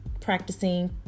practicing